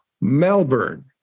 Melbourne